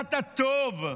הכרת הטוב.